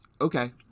Okay